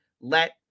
let